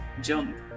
jump